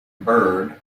bird